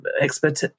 expert